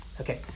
Okay